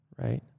right